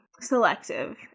selective